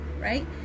right